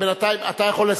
בינתיים, אתה יכול לסיים.